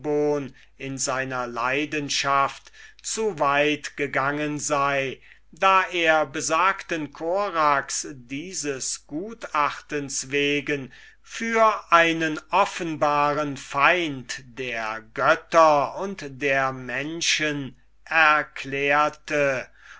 in seiner leidenschaft zu weit gegangen da er besagten korax dieses gutachtens wegen für einen offenbaren feind der götter und der menschen erklärte